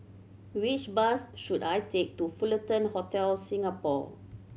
which bus should I take to Fullerton Hotel Singapore